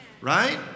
right